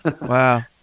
wow